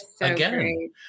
Again